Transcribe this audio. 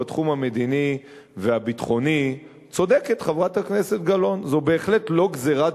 בתחום המדיני והביטחוני צודקת חברת הכנסת גלאון: זו בהחלט לא גזירת